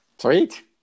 Great